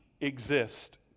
exist